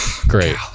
Great